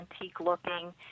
antique-looking